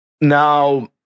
Now